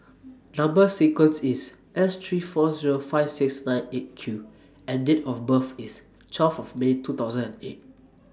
Number sequence IS S three four Zero five six nine eight Q and Date of birth IS twelve May two thousand and eight